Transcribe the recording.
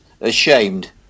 ashamed